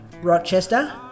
Rochester